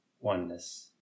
Oneness